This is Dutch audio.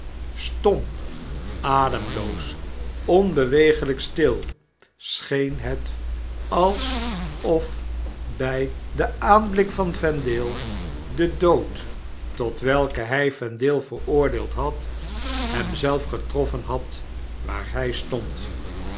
stom ademloos onbeweeglijk stil scheen het alsof by den aanblik van vendale de dood tot welken hij yendale veroordeeld had hem zelf getroffen had waar hy stond